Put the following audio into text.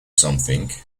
something